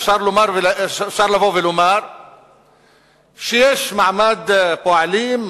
אפשר לבוא ולומר שיש מעמד פועלים,